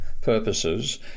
purposes